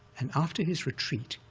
and after his retreat,